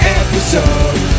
episode